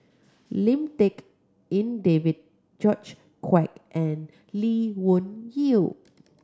Lim Tik En David George Quek and Lee Wung Yew